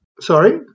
Sorry